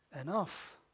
Enough